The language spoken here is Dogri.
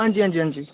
हांजी हांजी हांजी